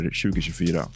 2024